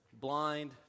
Blind